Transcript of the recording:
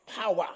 power